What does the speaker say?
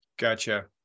Gotcha